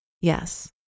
Yes